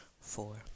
four